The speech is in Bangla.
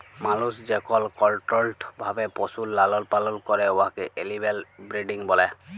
মালুস যেকল কলট্রোল্ড ভাবে পশুর লালল পালল ক্যরে উয়াকে এলিম্যাল ব্রিডিং ব্যলে